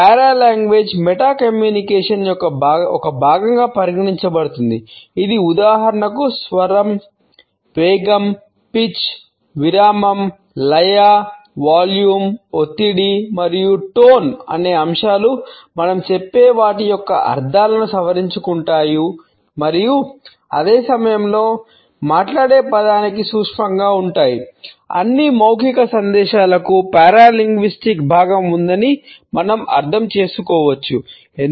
paralanguage meta communication చేయదు